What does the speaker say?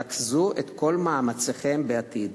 רכזו את כל מאמציכם בעתיד.